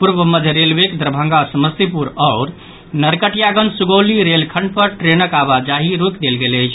पूर्व मध्य रेलवेक दरभंगा समस्तीपुर आओर नरकटियागंज सुगौली रेलखंड पर ट्रेनक आवाजाही रोकि देल गेल अछि